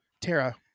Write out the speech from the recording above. Tara